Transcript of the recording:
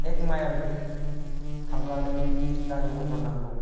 एक माइल थांब्लानो गारि मथर नांगौ